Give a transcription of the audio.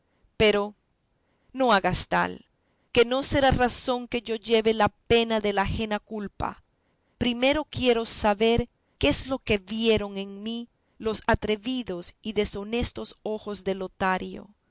pero no hagas tal que no será razón que yo lleve la pena de la ajena culpa primero quiero saber qué es lo que vieron en mí los atrevidos y deshonestos ojos de lotario